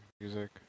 music